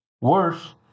Worse